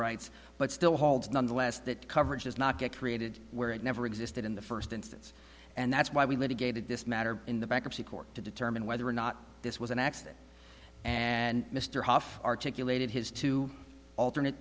rights but still holds nonetheless that coverage does not get created where it never existed in the first instance and that's why we litigated this matter in the bankruptcy court to determine whether or not this was an accident and mr huff articulated his two alternate